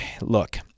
look